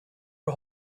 are